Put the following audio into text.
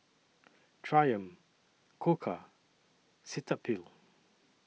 Triumph Koka and Cetaphil